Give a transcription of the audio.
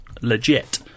legit